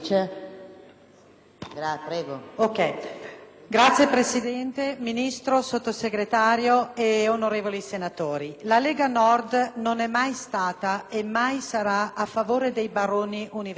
Signora Presidente, Ministro, Sottosegretario, onorevoli senatori, la Lega Nord non è mai stata e mai sarà a favore dei baroni universitari